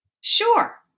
Sure